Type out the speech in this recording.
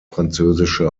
französische